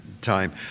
time